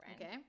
Okay